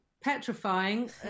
petrifying